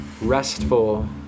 restful